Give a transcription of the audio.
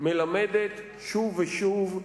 מלמדת שוב ושוב,